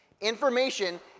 Information